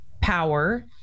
power